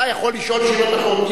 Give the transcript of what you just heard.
אתה יכול לשאול שאלות אחרות.